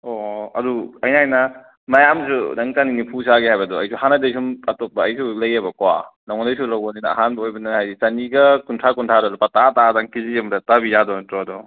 ꯑꯣ ꯑꯗꯨ ꯑꯩꯅ ꯍꯥꯏꯅ ꯃꯌꯥꯝꯗꯁꯨ ꯅꯪ ꯆꯅꯤ ꯅꯤꯐꯨ ꯁꯥꯒꯦ ꯍꯥꯏꯕꯗꯣ ꯑꯩꯁꯨ ꯍꯥꯟꯅꯗꯩ ꯁꯨꯝ ꯑꯇꯣꯞꯄ ꯑꯩꯁꯨ ꯂꯩꯌꯦꯕꯀꯣ ꯅꯉꯣꯟꯗꯩꯁꯨ ꯂꯧꯕꯅꯤꯅ ꯑꯍꯥꯟꯕ ꯑꯣꯏꯕꯅꯤꯅ ꯍꯥꯏꯗꯤ ꯆꯅꯤꯒ ꯀꯨꯟꯊ꯭ꯔꯥ ꯀꯨꯟꯊ꯭ꯔꯥꯗ ꯂꯨꯄꯥ ꯇꯔꯥ ꯇꯔꯥꯗꯪ ꯀꯦꯖꯤ ꯑꯃꯗ ꯇꯥꯕꯤ ꯌꯥꯗꯣꯏ ꯅꯠꯇꯔꯣ ꯑꯗꯣ